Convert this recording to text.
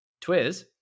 Twiz